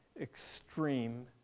extreme